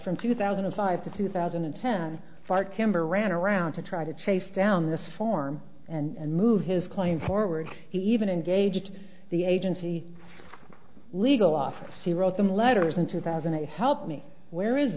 from two thousand and five to two thousand and ten far kember ran around to try to chase down this form and move his claim forward he even engaged the agency legal office he wrote some letters in two thousand a help me where is